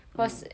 mm